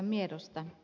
miedosta